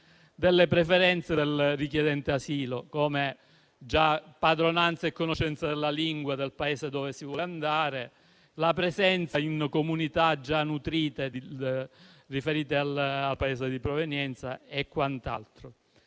delle preferenze del richiedente asilo (come padronanza e conoscenza della lingua del Paese dove si vuole andare, la presenza di comunità già nutrite riferite al Paese di provenienza e quant'altro),